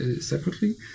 separately